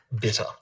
bitter